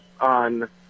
on